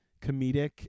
comedic